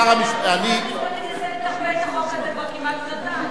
משרד המשפטים מנסה לטרפד את החוק הזה כבר כמעט שנתיים.